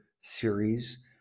series